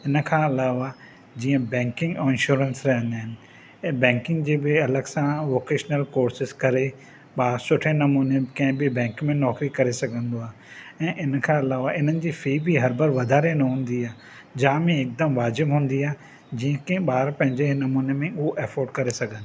इनखां अलावा जीअं बैंकिंग ऐं इनश्योरेंस रहंदा आहिनि ऐं बैंकिंग जे बि अलॻि सां वोकेशनल कोर्सेस करे ॿार सुठे नमूने कंहिं बि बैंक में नौकरी करे सघंदो आहे ऐं इनखां अलावा इननि जी फ़ी बि हर बार वधारे न हूंदी आहे जाम ई हिकुदमि वाजिबु हूंदी आहे जेके ॿार पंहिंजे नमूने में उहो एफोर्ड करे सघनि